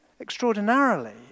extraordinarily